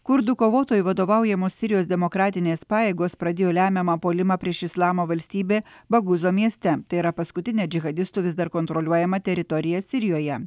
kurdų kovotojų vadovaujamos sirijos demokratinės pajėgos pradėjo lemiamą puolimą prieš islamo valstybė baguzo mieste tai yra paskutinė džihadistų vis dar kontroliuojama teritorija sirijoje